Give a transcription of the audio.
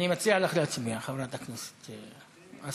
אני מציע לך להצביע, חברת הכנסת, השרה.